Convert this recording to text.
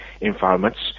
environments